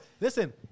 listen